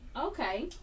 okay